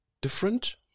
different